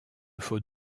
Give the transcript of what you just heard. faut